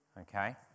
Okay